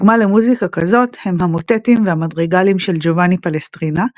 דוגמה למוזיקה כזאת הם המוטטים והמדריגלים של ג'ובאני פלסטרינה,